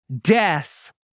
Death